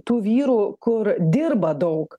tų vyrų kur dirba daug